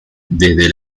desde